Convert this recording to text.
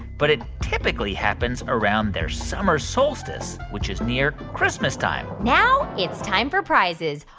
but it typically happens around their summer solstice, which is near christmas time now it's time for prizes.